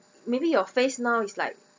maybe your face now is like